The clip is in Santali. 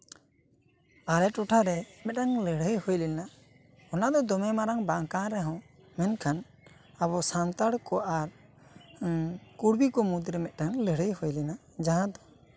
ᱟᱞᱮ ᱴᱚᱴᱷᱟᱨᱮ ᱢᱤᱫᱴᱟᱝ ᱞᱟᱹᱲᱦᱟᱹᱭ ᱦᱩᱭ ᱞᱮᱱᱟ ᱚᱱᱟ ᱫᱚᱢᱮ ᱢᱟᱨᱟᱝ ᱵᱟᱝ ᱠᱟᱱ ᱨᱮᱦᱚᱸ ᱢᱮᱱᱠᱷᱟᱱ ᱟᱵᱚ ᱥᱟᱱᱛᱟᱲ ᱠᱚ ᱟᱨ ᱠᱩᱲᱵᱤ ᱠᱚ ᱢᱩᱫᱽᱨᱮ ᱢᱤᱫᱴᱟᱝ ᱞᱟᱹᱲᱦᱟᱹᱭ ᱦᱩᱭ ᱞᱮᱱᱟ ᱡᱟᱦᱟᱸ ᱫᱚ